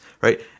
right